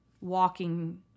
walking